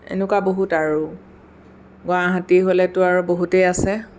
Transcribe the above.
এনেকুৱা বহুত আৰু গুৱাহাটী হ'লেতো আৰু বহুতেই আছে